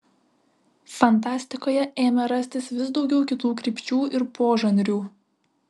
fantastikoje ėmė rastis vis daugiau kitų krypčių ir požanrių